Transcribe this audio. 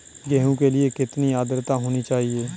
गेहूँ के लिए कितनी आद्रता होनी चाहिए?